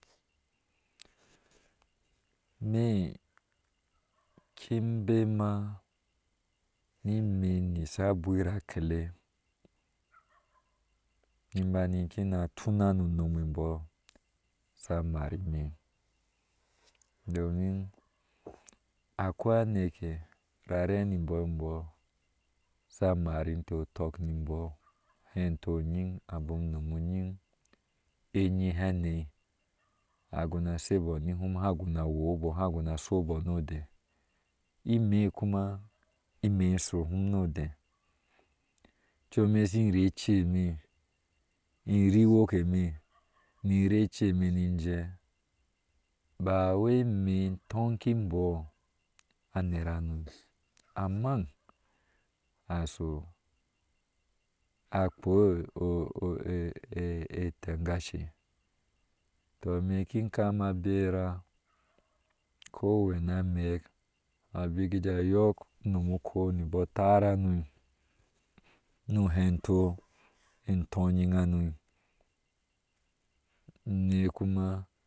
Ime kin bemo niime in nyisha a nwira akele ni bani kina tuna nu unom ebɔɔ sha mar ime domin akwoi aneke rare nimbɔɔ, imbɔɔ sa mar inteh utok ni mbɔɔ utentɔɔ unying abom unom unyiŋ eyeh hane aguna shebo nihum ha guna wɔɔbɔɔhaguna shoboo no dee ime kuma ime shohum ni odee, ocu eme shi rii eceme irii woke eme, ni rii eceme ini jɛɛ banɛɛ ime intoŋi mbɔɔ anera nɔɔ amma asho akpoh etengashe toh ime kin kama abera kowani amek abigijaa ayɔɔk unom ukou niyo taar nano nu uhuntɔɔ etɔɔyin hano ime kuma.